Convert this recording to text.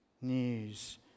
news